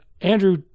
Andrew